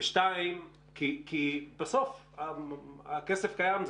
כי בסוף הכסף קיים.